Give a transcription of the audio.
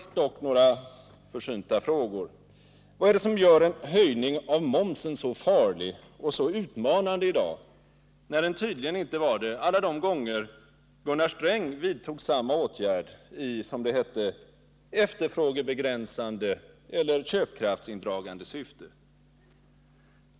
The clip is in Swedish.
Men först några försynta frågor: Vad är det som gör en höjning av momsen så farlig och så utmanande i dag, när den tydligen inte var det alla de gånger Gunnar Sträng vidtog samma åtgärd i — som det hette — efterfrågebegränsande eller köpkraftsindragande syfte?